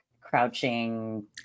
crouching